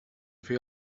fer